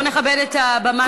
בוא נכבד את הבמה שניתנת.